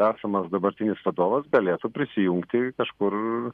esamas dabartinis vadovas galėtų prisijungti kažkur